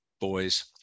boys